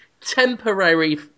temporary